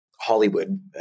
hollywood